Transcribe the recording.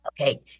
okay